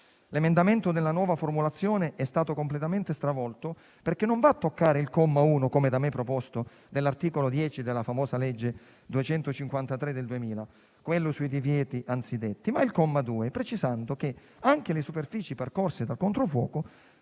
L'emendamento nella nuova formulazione è stato completamente stravolto, perché non va a toccare - come da me proposto - il comma 1 dell'articolo 10 della famosa legge n. 253 del 2000, relativo ai divieti anzidetti, ma il comma 2, precisando che anche la superficie percorsa da controfuoco